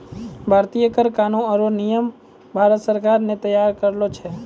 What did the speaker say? भारतीय कर कानून आरो नियम भारत सरकार ने तैयार करलो छै